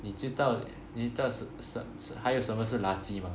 你知道你什什什还有什么是垃圾吗